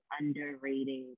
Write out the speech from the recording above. underrated